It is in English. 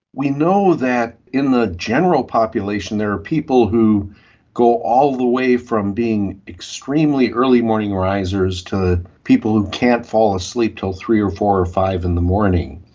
we know that in the general population there are people who go all the way from being extremely early morning risers to people who can't fall asleep until three or four or five in the morning.